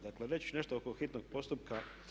Dakle, reći ću nešto oko hitnog postupka.